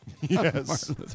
Yes